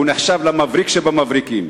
הוא נחשב למבריק שבמבריקים.